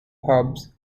pubs